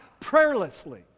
prayerlessly